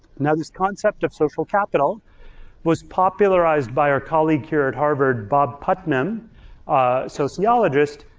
now this concept of social capital was popularized by our colleague here at harvard, bob putnam, a sociologist,